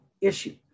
issue